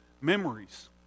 memories